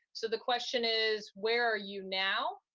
so the question is, where are you now,